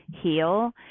heal